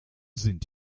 sind